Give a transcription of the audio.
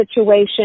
situation